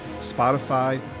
Spotify